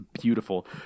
beautiful